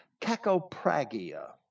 cacopragia